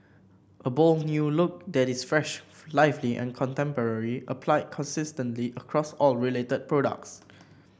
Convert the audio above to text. a bold new look that is fresh lively and contemporary applied consistently across all related products